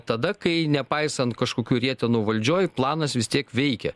tada kai nepaisant kažkokių rietenų valdžioj planas vis tiek veikia